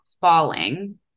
falling